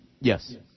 yes